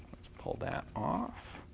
pull that off